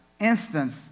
instance